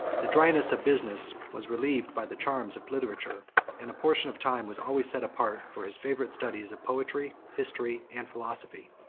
the dryness of business was relieved by the charms of literature and a portion of time was always set apart for his favorite studies of poetry, history, and philosophy.